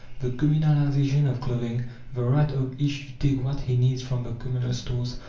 the communalization of clothing the right of each to take what he needs from the communal stores,